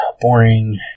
boring